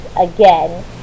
again